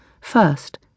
First